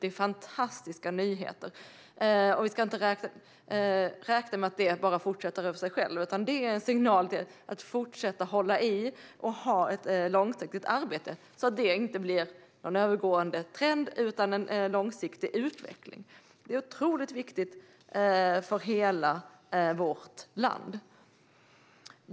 Det är fantastiska nyheter. Men vi ska inte räkna med att detta bara fortsätter av sig självt, utan det är en signal till att fortsätta hålla i och ha ett långsiktigt arbete, så att det inte blir någon övergående trend utan en långsiktig utveckling. Det är otroligt viktigt för hela vårt land.